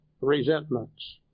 resentments